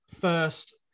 first